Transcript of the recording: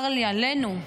צר לי עלינו,